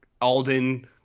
Alden